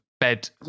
bed